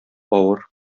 авыр